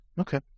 Okay